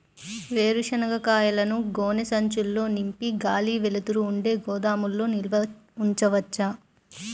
వేరుశనగ కాయలను గోనె సంచుల్లో నింపి గాలి, వెలుతురు ఉండే గోదాముల్లో నిల్వ ఉంచవచ్చా?